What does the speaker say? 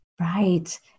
Right